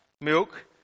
milk